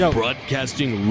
broadcasting